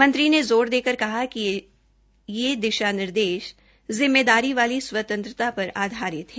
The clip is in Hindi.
मंत्री ने ज़ोर देकर कहा कि ये दिशा निर्देश जिम्मेदारी वाली स्वतंत्रता पर आधारित है